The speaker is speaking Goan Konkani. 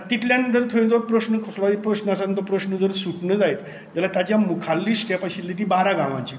तितल्यान जर थंय जो प्रस्न कसलोय प्रस्न आसा तो प्रस्न जर सुटना जायत जाल्यार ताच्या मुखारली स्टेप आशिल्ली ती बारा गांवाची